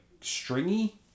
Stringy